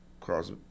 cross